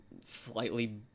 slightly